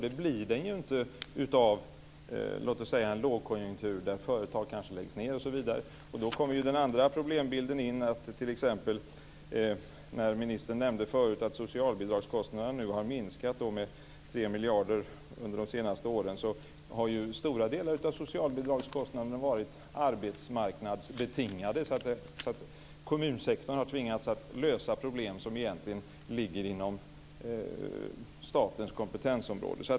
Det blir den inte i en lågkonjunktur där företag läggs ned osv. Då kommer den andra problembilden in. Ministern nämnde förut att socialbidragskostnaderna har minskat med 3 miljarder under de senaste åren. Stora delar av socialbidragskostnaderna har ju varit arbetsmarknadsbetingade. Kommunsektorn har tvingats att lösa problem som egentligen ligger inom statens kompetensområde.